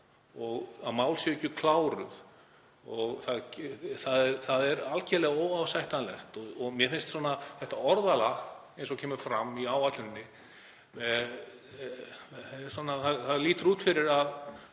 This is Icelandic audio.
og að mál séu ekki kláruð. Það er algerlega óásættanlegt. Mér finnst þetta orðalag sem kemur fram í áætluninni — það lítur út fyrir að